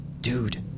dude